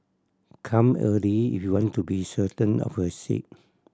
come early if you want to be certain of a seat